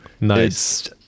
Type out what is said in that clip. nice